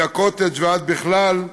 מהקוטג' ועד בכלל.